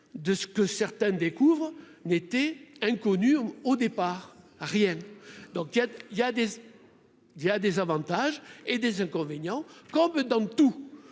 de ce que certains découvrent n'était inconnu au départ rien, donc il y a, il y a des il y a des avantages et des inconvénients, comme dans tout,